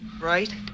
Right